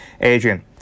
Adrian